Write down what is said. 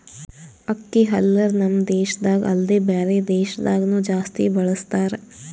ಅಕ್ಕಿ ಹಲ್ಲರ್ ನಮ್ ದೇಶದಾಗ ಅಲ್ದೆ ಬ್ಯಾರೆ ದೇಶದಾಗನು ಜಾಸ್ತಿ ಬಳಸತಾರ್